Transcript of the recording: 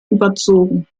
überzogen